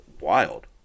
wild